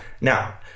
Now